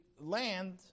land